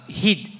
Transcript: heed